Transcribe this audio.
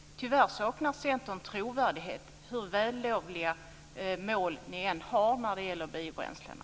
Tyvärr saknar Centern trovärdighet, hur vällovliga mål man än har när det gäller biobränslena.